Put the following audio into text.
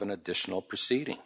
an additional proceeding